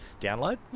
download